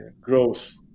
growth